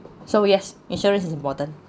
so yes insurance is important